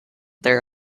there